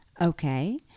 Okay